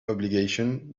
obligation